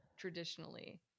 Traditionally